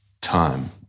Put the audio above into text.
time